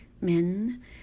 Men